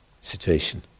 situation